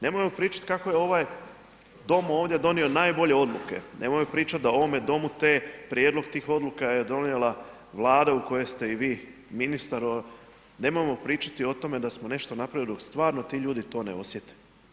Nemojmo pričati kako je ovaj Dom ovdje donio najbolje odluke, nemojmo pričati da u ovome Domu te, prijedlog tih odluka je donijela Vlada u kojoj ste i vi ministar, nemojmo pričati o tome da smo nešto napravili dok stvarno ti ljudi to ne osjete.